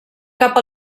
cap